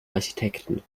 architekten